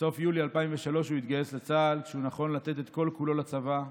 בסוף יולי 2003 הוא התגייס לצה"ל כשהוא נכון לתת את כל-כולו לצבא,